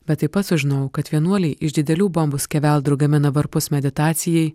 bet taip pat sužinojau kad vienuoliai iš didelių bombų skeveldrų gamina varpus meditacijai